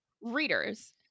readers